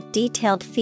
detailed